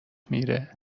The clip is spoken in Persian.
میره